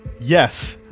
yes,